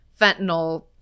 fentanyl